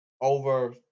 over